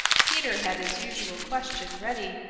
peter had his usual question ready.